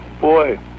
Boy